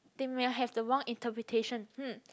they may have the wrong interpretation